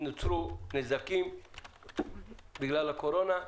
נוצרו נזקים בגלל הקורונה.